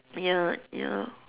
ya ya